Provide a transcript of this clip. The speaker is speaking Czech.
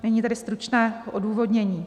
Nyní tedy stručné odůvodnění.